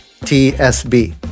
TSB